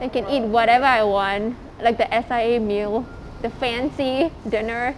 then can eat whatever I want like the S_I_A meal the fancy dinner